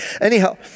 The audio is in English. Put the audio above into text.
Anyhow